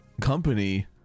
company